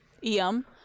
Yum